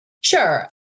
Sure